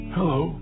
Hello